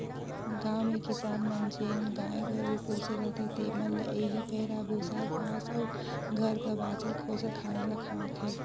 गाँव में किसान मन जेन गाय गरू पोसे रहथें तेमन ल एही पैरा, बूसा, घांस अउ घर कर बांचल खोंचल खाना ल खवाथें